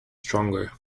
stronger